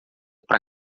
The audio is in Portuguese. para